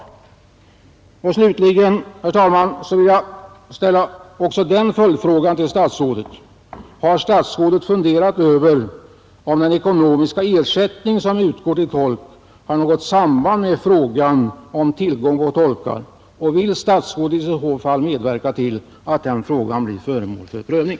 kalier inom anlägg Slutligen vill jag, herr talman, ställa också denna följdfråga till ning för utvinning statsrådet: Har statsrådet funderat över om den ekonomiska ersättning <4v uran som utgår till tolk har något samband med tillgången på tolkar och vill statsrådet i så fall medverka till att den frågan blir föremål för prövning?